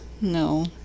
No